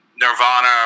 Nirvana